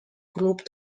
group